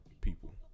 people